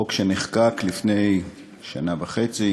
חוק שנחקק לפני שנה וחצי